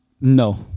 No